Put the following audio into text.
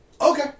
Okay